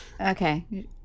Okay